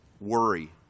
worry